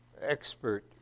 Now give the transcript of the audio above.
expert